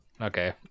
Okay